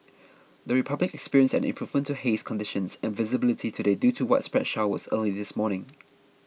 the Republic experienced an improvement to haze conditions and visibility today due to widespread showers early this morning